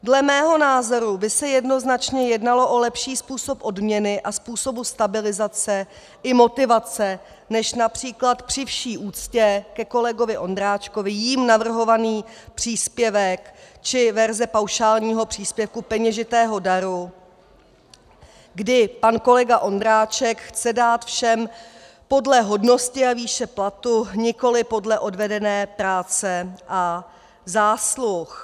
Dle mého názoru by se jednoznačně jednalo o lepší způsob odměny a způsob stabilizace i motivace než např. při vší úctě ke kolegovi Ondráčkovi jím navrhovaný příspěvek či verze paušálního příspěvku peněžitého daru, kdy pan kolega Ondráček chce dát všem podle hodnosti a výše platu, nikoliv podle odvedené práce a zásluh.